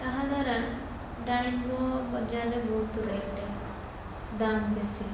ତାହା ଦ୍ୱାରା ଡାଳିମ୍ବ ବଜାରରେ ବହୁତ ରେଟ୍ ଦାମ ବେଶୀ